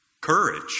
Courage